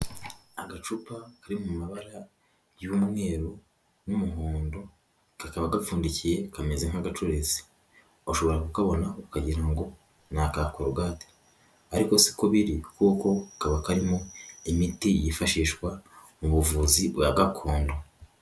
Agacupa kari mu mabara y'umweru n'umuhondo kakaba gapfundikiye kameze nk'agacuritse, ushobora kukabona ukagira ngo ni aka korogate, ariko si uko biri kuko kaba karimo imiti yifashishwa mu buvuzi bwa gakondo.